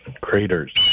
Craters